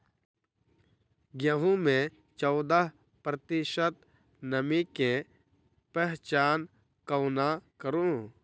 गेंहूँ मे चौदह प्रतिशत नमी केँ पहचान कोना करू?